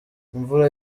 imvura